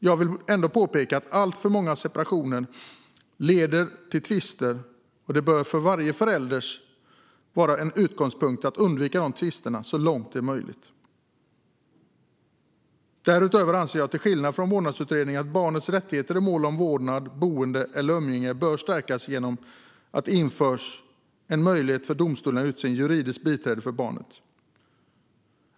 Jag vill ändå påpeka att alltför många separationer leder till tvister. Det bör vara varje förälders utgångspunkt att undvika de tvisterna så långt det är möjligt. Därutöver anser jag, till skillnad från 2014 års vårdnadsutredning, att barnets rättigheter i mål om vårdnad, boende eller umgänge bör stärkas genom att det införs en möjlighet för domstolen att utse ett juridiskt biträde för barnet.